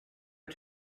are